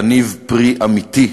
תניב פרי אמיתי,